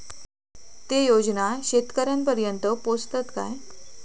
ते योजना शेतकऱ्यानपर्यंत पोचतत काय?